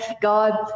God